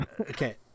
Okay